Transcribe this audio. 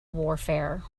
warfare